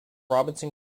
robinson